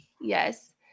yes